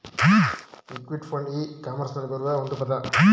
equity fund e ಕಾಮರ್ಸ್ನಲ್ಲಿ ಬರುವ ಒಂದು ಪದ